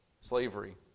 slavery